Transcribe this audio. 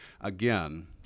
Again